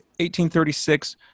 1836